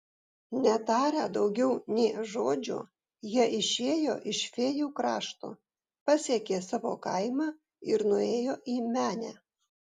netarę daugiau nė žodžio jie išėjo iš fėjų krašto pasiekė savo kaimą ir nuėjo į menę